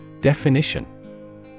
Definition